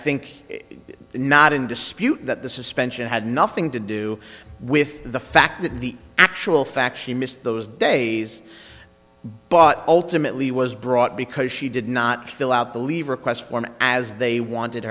think not in dispute that the suspension had nothing to do with the fact that the actual fact she missed those days but ultimately was brought because she did not fill out the leave request form as they wanted